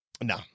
No